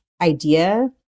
idea